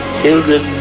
children